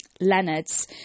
Leonard's